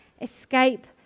escape